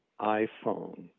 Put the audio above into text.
iphone